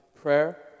Prayer